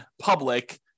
public